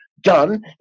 done